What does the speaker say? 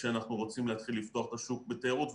כשאנחנו רוצים להתחיל לפתוח את השוק לתיירות,